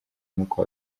nk’uko